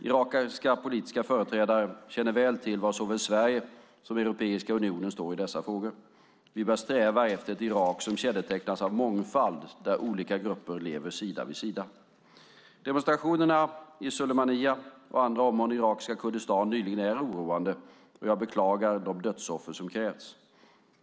Irakiska politiska företrädare känner väl till var såväl Sverige som Europeiska unionen står i dessa frågor. Vi bör sträva efter ett Irak som kännetecknas av mångfald där olika grupper lever sida vid sida. Demonstrationerna i Sulaymaniyah och andra områden i irakiska Kurdistan nyligen är oroande och jag beklagar de dödsoffer som krävts.